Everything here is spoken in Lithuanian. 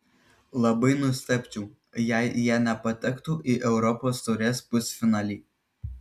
labai nustebčiau jei jie nepatektų į europos taurės pusfinalį